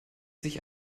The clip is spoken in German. sich